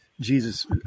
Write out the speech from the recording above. Jesus